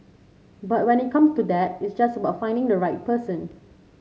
but when it comes to that it's just about finding the right person